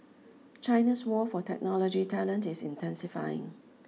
China's war for technology talent is intensifying